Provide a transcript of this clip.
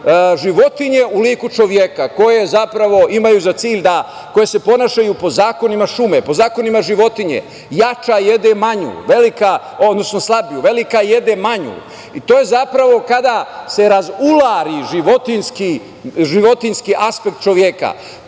životinje u liku čoveka, koje zapravo imaju za cilj, koje se ponašaju po zakonima šume, po zakonima životinje, jača jede slabiju, velika jede manju. To je zapravo kada se razulari životinjski aspekt čoveka,